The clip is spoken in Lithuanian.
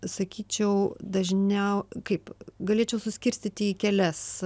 sakyčiau dažniau kaip galėčiau suskirstyti į kelias